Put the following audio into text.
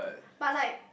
but like